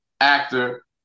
actor